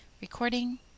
Recording